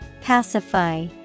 Pacify